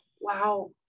Wow